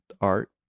art